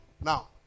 Now